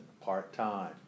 part-time